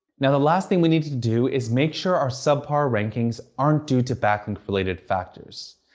now, the last thing we need to do is make sure our subpar rankings aren't due to backlink-related factors.